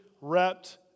wrapped